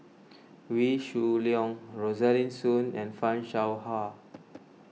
Wee Shoo Leong Rosaline Soon and Fan Shao Hua